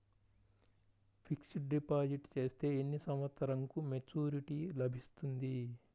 Fixed deposit చేస్తే ఎన్ని సంవత్సరంకు మెచూరిటీ లభిస్తుంది?